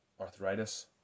arthritis